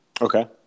Okay